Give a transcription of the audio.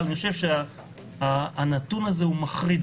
אבל אני חושב שעדיין, הנתון הזה הוא מחריד,